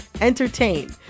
entertain